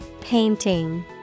Painting